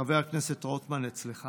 חבר הכנסת רוטמן, אצלך